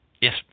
yes